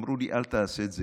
אמרו לי: אל תעשה את זה,